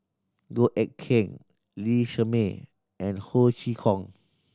Goh Eck Kheng Lee Shermay and Ho Chee Kong